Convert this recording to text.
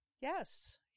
yes